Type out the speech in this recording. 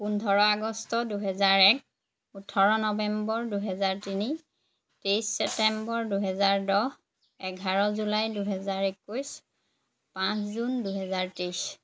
পোন্ধৰ আগষ্ট দুহেজাৰ এক ওঠৰ নবেম্বৰ দুহেজাৰ তিনি তেইছ চেপ্তেম্বৰ দুহেজাৰ দহ এঘাৰ জুলাই দুহেজাৰ একৈছ পাঁচ জুন দুহেজাৰ তেইছ